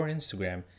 Instagram